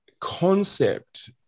concept